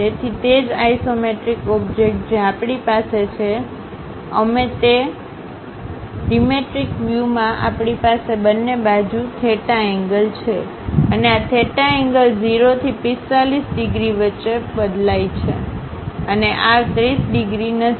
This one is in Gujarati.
તેથી તે જ આઇસોમેટ્રિક ઓબ્જેક્ટ જે આપણી પાસે છે અમે તે હશે ડિમેટ્રિક વ્યૂમાં આપણી પાસે બંને બાજુ થેટા એન્ગલ છે અને આ થેટા એન્ગલ 0 થી 45 ડિગ્રી વચ્ચે બદલાય છે અને આ 30 ડિગ્રી નથી